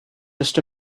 just